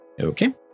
Okay